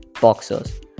boxers